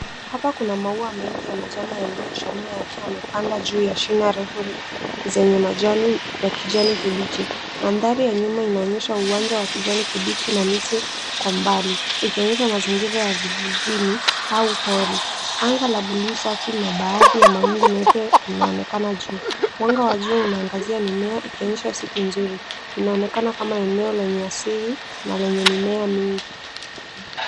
Hapa kuna maua mengi ya majani yaliyochanua yakiwa yamepanda juu ya shina refu zenye majani ya kijani kibichi. Mandhari ya nyuma inaonyesha uwanja wa kijani kibichi na miti kwa mbali ikionyesha mazingira ya vijijini au pori. Anga la buluu, safi na baadhi ya mawingu meupe inaonekana juu. Mwanga wa jua unaangazia mimea ikionyesha siku nzuri. Inaonekana kama eneo lenye asili na lenye mimea mingi.